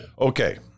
Okay